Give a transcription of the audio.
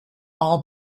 all